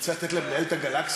רוצה לתת להם לנהל את הגלקסיות?